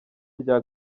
rya